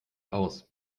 aus